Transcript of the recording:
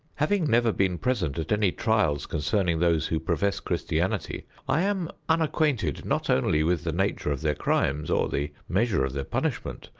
having never been present at any trials concerning those who profess christianity, i am unacquainted not only with the nature of their crimes, or the measure of their punishment,